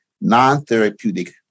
non-therapeutic